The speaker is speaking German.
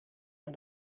man